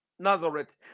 Nazareth